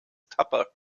tupper